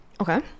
Okay